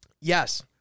Yes